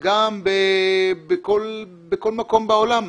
וגם בכל מקום בעולם.